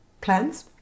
plans